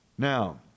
Now